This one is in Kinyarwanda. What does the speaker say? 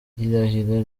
irahira